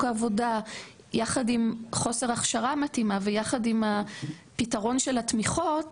העבודה יחד עם חוסר הכשרה מתאימה ויחד עם הפתרון של התמיכות